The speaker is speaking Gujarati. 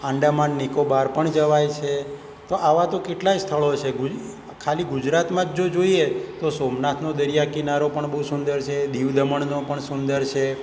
આંદામાન નિકોબાર પણ જવાય છે તો આવા તો કેટલાય સ્થળો છે ખાલી ગુજરાતમાં જ જો જોઈએ તો સોમનાથનો દરિયા કિનારો પણ બહુ સુંદર છે દીવ દમણનો પણ સુંદર છે